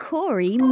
Corey